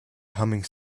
humming